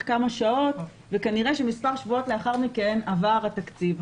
כמה שעות וכנראה שמספר שבועות לאחר מכן עבר התקציב.